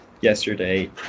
yesterday